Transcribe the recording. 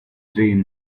dream